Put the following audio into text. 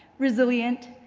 resilient,